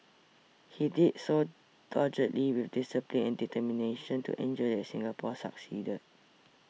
he did so doggedly with discipline and determination to ensure that Singapore succeeded